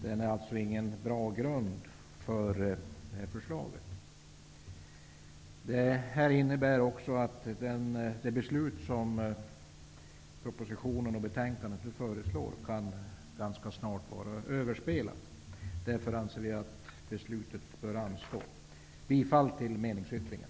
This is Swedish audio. Den är alltså inte någon bra grund för detta förslag. Detta innebär också att det beslut som propositionen och betänkandet föreslår ganska snart kan vara överspelat. Vi anser därför att beslutet bör anstå. Jag yrkar bifall till meningsyttringen.